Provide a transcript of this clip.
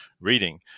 reading